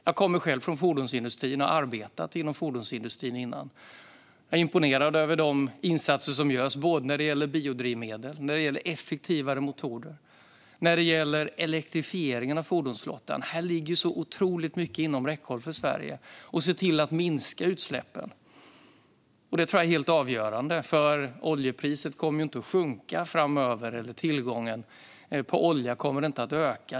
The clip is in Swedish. Jag har själv arbetat inom fordonsindustrin tidigare. Jag är imponerad över de insatser som görs, när det gäller biodrivmedel, när det gäller effektivare motorer och när det gäller elektrifieringen av fordonsflottan. Här ligger så otroligt mycket inom räckhåll för Sverige när det handlar om att minska utsläppen. Det tror jag är helt avgörande, eftersom oljepriset inte kommer att sjunka framöver och eftersom tillgången på olja inte kommer att öka.